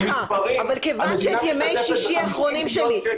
במספרים המדינה משתתפת ב-50,000,000 ₪,